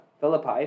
Philippi